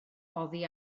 oddi